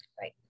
right